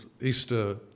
Easter